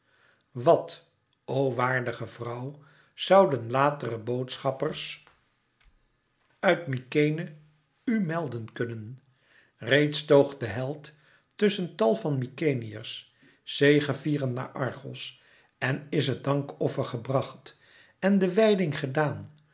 wat o waardige vrouwe zouden latere boodschappers uit mykenæ u melden kunnen reeds toog de held tusschen tal van mykenæërs zegevierend naar argos en is het dankoffer gebracht en de wijding gedaan